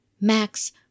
Max